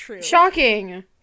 Shocking